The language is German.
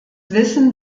wissen